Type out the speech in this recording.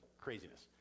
craziness